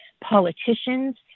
politicians